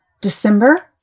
December